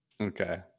okay